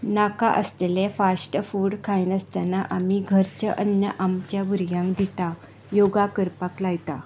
नाका आसतलें fast food खाय नासतना आमी घरचें अन्य आमच्या भुरग्यांक दिता योगा करपाक लायता